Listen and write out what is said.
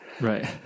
right